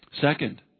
Second